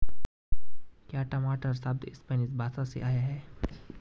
क्या टमाटर शब्द स्पैनिश भाषा से आया है?